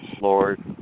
Lord